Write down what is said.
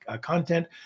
content